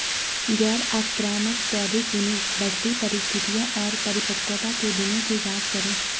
गैर आक्रामक पौधे चुनें, बढ़ती परिस्थितियों और परिपक्वता के दिनों की जाँच करें